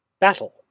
Battle